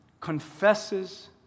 confesses